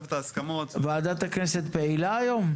ועדת הכנסת פעילה היום?